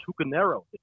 Tucanero